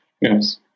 yes